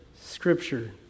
Scripture